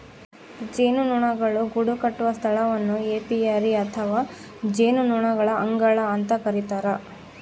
ಜೇನುನೊಣಗಳು ಗೂಡುಕಟ್ಟುವ ಸ್ಥಳವನ್ನು ಏಪಿಯರಿ ಅಥವಾ ಜೇನುನೊಣಗಳ ಅಂಗಳ ಅಂತ ಕರಿತಾರ